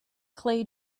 clay